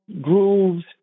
grooves